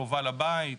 קרובה לבית,